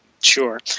Sure